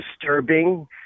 disturbing